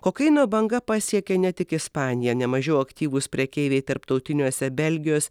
kokaino banga pasiekė ne tik ispaniją nemažiau aktyvūs prekeiviai tarptautiniuose belgijos